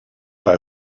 bei